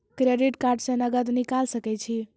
Credit card से नगद निकाल सके छी?